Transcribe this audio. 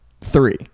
Three